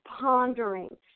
pondering